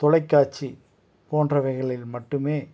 தொலைக்காட்சி போன்றவைகளில் மட்டுமே